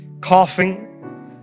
coughing